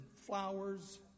flowers